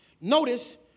notice